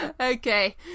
okay